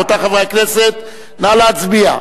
רבותי חברי הכנסת, נא להצביע.